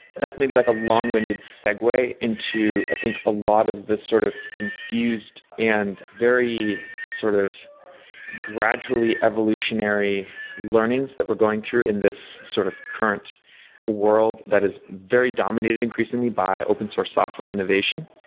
that's maybe like a long-winded segue into i think a lot of these sort of confused and very sort of gradually evolutionary learnings that we're going through in this sort of current world that is very dominated increasingly by open source software innovation.